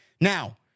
Now